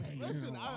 listen